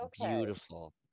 Beautiful